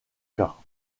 cas